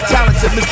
Talented